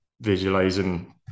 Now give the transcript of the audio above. visualizing